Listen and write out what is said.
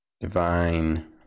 divine